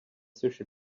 sushi